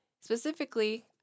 specifically